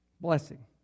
blessing